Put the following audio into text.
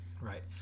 Right